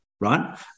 right